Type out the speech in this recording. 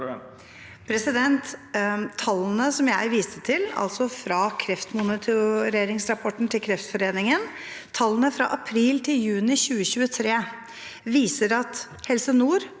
til fra kreftmonitoreringsrapporten til Kreftforeningen, tallene fra april til juni 2023, viser at Helse Nord